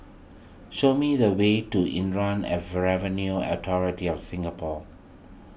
show me the way to Inland Revenue Authority of Singapore